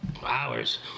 Hours